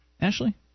Ashley